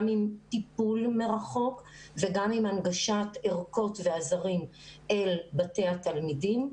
גם עם טיפול מרחוק וגם עם הנגשת ערכות ועזרים אל בתי התלמידים.